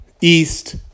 east